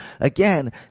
Again